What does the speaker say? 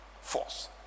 force